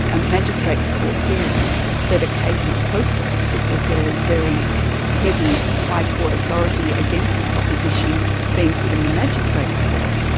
a magistrate's court hearing that a case is hopeless because there is very heavy high court authority against the proposition being put in the magistrate's court,